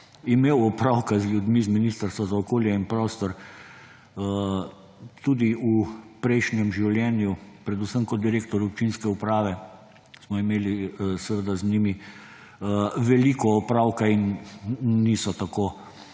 sem opravka z ljudmi z Ministrstva za okolje in prostor tudi v prejšnjem življenju, predvsem kot direktor občinske uprave, smo imeli seveda z njimi veliko opravka in niso tako